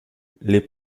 les